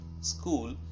school